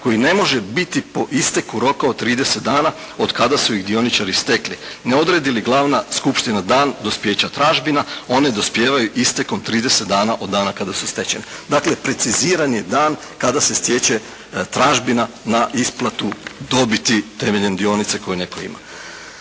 koji ne može biti po isteku roka od 30 dana od kada su ih dioničari stekli. Ne odredi li glavna skupština dan dospijeća tražbina, oni dospijevaju istekom 30 dana od dana kada su stečene." Dakle preciziran je dan kada se stječe tražbina na isplatu dobite temeljem dionice koju netko ima.